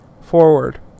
forward